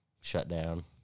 shutdown